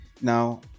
now